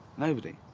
nobody.